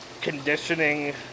conditioning